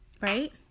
Right